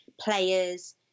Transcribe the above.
players